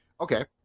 Okay